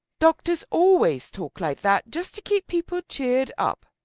doctors always talk like that just to keep people cheered up.